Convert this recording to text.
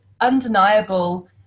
undeniable